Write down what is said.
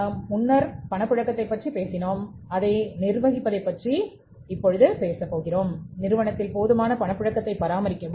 நாங்கள் முன்னர் பணப்புழக்கத்தைப் பற்றி பேசினோம் நிறுவனத்தில் போதுமான பணப்புழக்கத்தை பராமரிக்கவும்